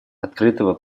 открытого